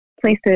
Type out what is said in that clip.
places